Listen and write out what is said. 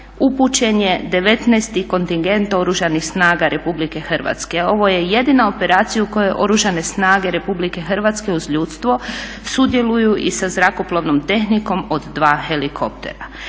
devetnaesti kontingent Oružanih snaga RH. Ovo je jedina operacija u kojoj Oružane snage Republike Hrvatske uz ljudstvo sudjeluju i sa zrakoplovnom tehnikom od 2 helikoptera.